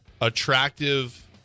attractive